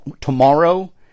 tomorrow